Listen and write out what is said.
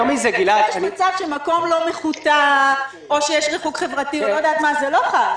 אם יש מצב שמקום לא מחוטא או שיש ריחוק חברתי זה לא חל.